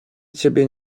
ciebie